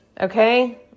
Okay